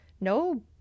no